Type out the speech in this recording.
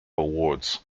awards